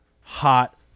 hot